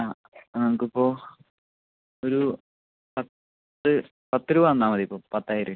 ആ നമുക്ക് ഇപ്പോൾ ഒരു പത്ത് പത്ത് രൂപ തന്നാൽ മതി ഇപ്പോൾ പത്തായിരം